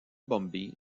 bombay